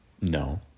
No